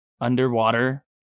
underwater